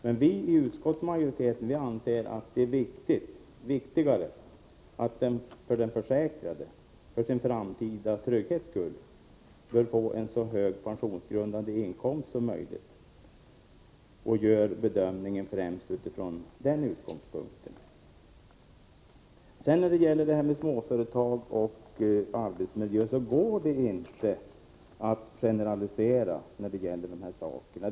Men vi i utskottsmajoriteten anser att det viktigaste är att den försäkrade för sin framtida trygghets skull får en så hög pensionsgrundande inkomst som möjligt, och vi gör bedömningen främst utifrån den utgångspunkten. När det sedan gäller småföretagen och arbetsmiljön går det inte att generalisera!